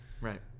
Right